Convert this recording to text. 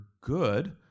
good